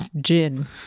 gin